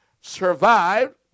survived